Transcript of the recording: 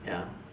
ya